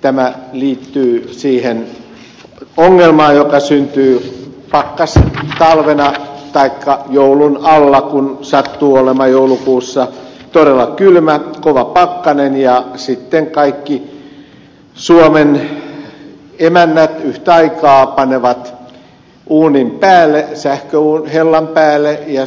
tämä liittyy siihen ongelmaan joka syntyy pakkastalvena taikka joulun alla kun sattuu olemaan joulukuussa todella kylmä kova pakkanen ja kaikki suomen emännät yhtä aikaa panevat sähköuunin päälle ja